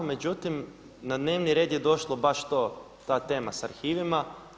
Međutim, na dnevni red je došlo baš to, ta tema sa arhivima.